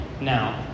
now